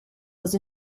was